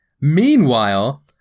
Meanwhile